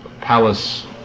palace